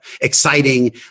exciting